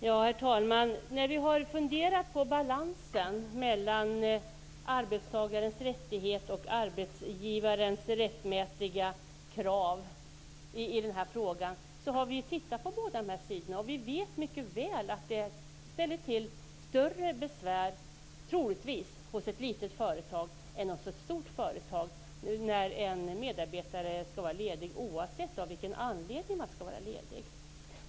Herr talman! När vi har funderat på balansen mellan arbetstagarens rättighet och arbetsgivarens rättmätiga krav i denna fråga har vi tittat på båda dessa sidor. Vi vet mycket väl att det troligtvis ställer till större besvär hos ett litet företag än hos ett stort företag när en medarbetare skall vara ledig, oavsett vilken anledningen är.